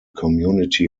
community